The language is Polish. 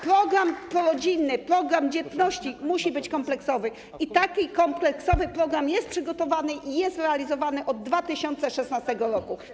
Program prorodzinny, program dzietności musi być kompleksowy i taki kompleksowy program jest przygotowany i jest realizowany od 2016 r.